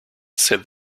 said